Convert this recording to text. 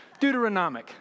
Deuteronomic